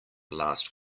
last